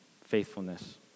faithfulness